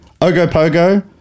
Ogopogo